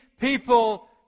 people